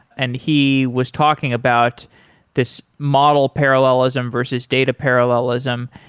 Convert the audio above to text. and he was talking about this model, parallelism versus data parallelism,